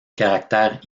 caractère